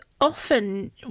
often